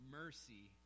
mercy